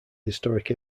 historic